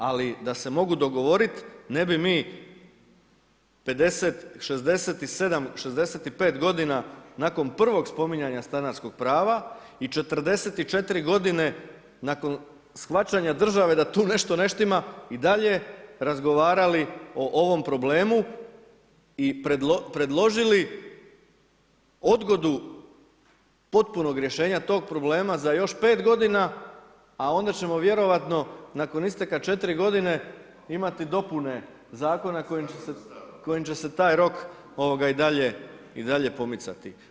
Ali da se mogu dogovoriti, ne bi mi 65 godina nakon prvog spominjanja stanarskog prava i 44 godine nakon shvaćanja države da tu nešto ne štima i dalje razgovarali o ovome problemu i predložili odgodu potpunog rješenja tog problema za još 5 godina a onda ćemo vjerovatno nakon isteka 4 godine imati dopune zakona kojim će se taj rok i dalje pomicati.